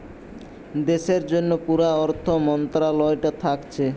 দেশের জন্যে পুরা অর্থ মন্ত্রালয়টা থাকছে